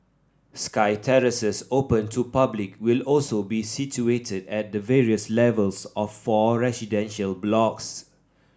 sky terraces open to public will also be situated at the various levels of four residential blocks